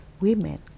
women